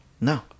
No